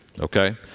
okay